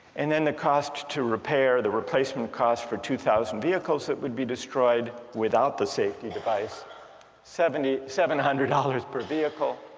and then the cost to repair the replacement cost for two thousand vehicles that would be destroyed without the safety device seven seven hundred dollars per vehicle,